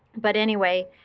but anyway,